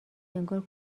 انگار